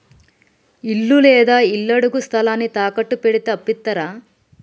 ఇల్లు లేదా ఇళ్లడుగు స్థలాన్ని తాకట్టు పెడితే అప్పు ఇత్తరా?